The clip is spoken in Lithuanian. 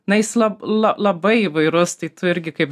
na jis lab la labai įvairus tai tu irgi kaip